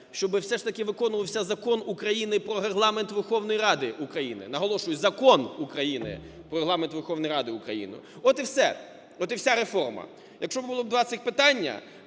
щоб все ж таки виконувався Закон України "Про Регламент Верховної Ради України". Наголошую, Закон України "Про Регламент Верховної Ради України". От і все, от і вся реформа. Якщо б було два цих питання,